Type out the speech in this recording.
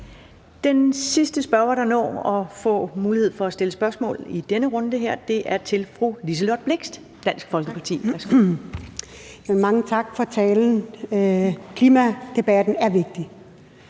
Den sidste spørger, der når at få mulighed for at stille spørgsmål i den runde her, er fru Liselott Blixt, Dansk Folkeparti. Værsgo. Kl. 13:55 Liselott Blixt